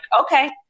okay